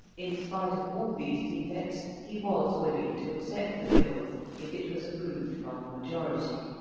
in spite of all these defects, he was willing to accept the bill if it was approved by the majority.